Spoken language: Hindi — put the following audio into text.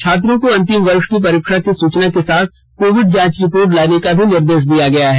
छात्रों को अंतिम वर्ष की परीक्षा की सूचना के साथ कोविड जांच रिपोर्ट साथ लाने का भी निर्देश दिया गया है